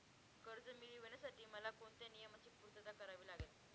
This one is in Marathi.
कर्ज मिळविण्यासाठी मला कोणत्या नियमांची पूर्तता करावी लागेल?